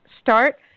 start